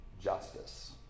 justice